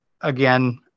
again